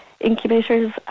incubators